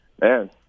man